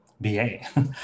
BA